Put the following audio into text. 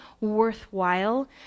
worthwhile